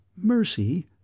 Mercy